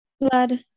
Blood